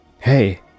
Hey